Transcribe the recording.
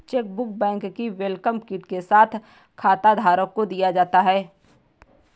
chequebook bank की welcome kit के साथ खाताधारक को दिया जाता है